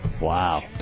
Wow